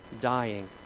dying